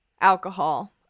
alcohol